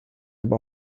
aber